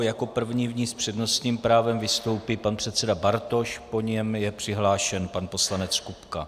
Jako první v ní s přednostním právem vystoupí pan předseda Bartoš, po něm je přihlášen pan poslanec Kupka.